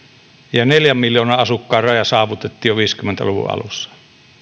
ja neljän miljoonan asukkaan raja saavutettiin jo viisikymmentä luvun alussa